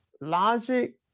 logic